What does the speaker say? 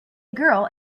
girl